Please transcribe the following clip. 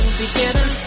beginner